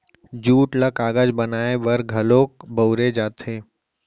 jute ल कागज बनाए बर घलौक बउरे जाथे